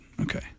Okay